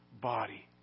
body